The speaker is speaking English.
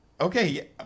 okay